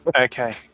Okay